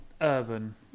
urban